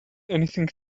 anything